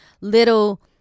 little